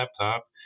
laptop